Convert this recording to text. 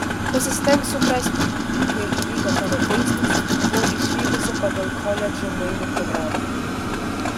pasistenk suprasti kai įvyko tavo teismas buvau išvykusi pagal koledžų mainų programą